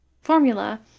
formula